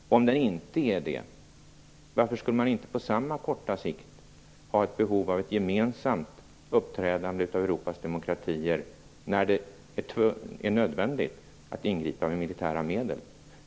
Om hotbilden inte är allvarligare mot Sverige har jag en fråga: Varför skulle man inte även på kort sikt ha ett behov av ett gemensamt uppträdande av Europas demokratier när det är nödvändigt att ingripa med militära medel?